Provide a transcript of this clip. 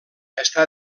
està